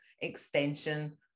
extension